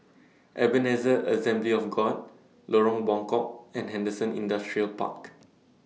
Ebenezer Assembly of God Lorong Buangkok and Henderson Industrial Park